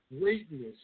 greatness